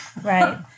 Right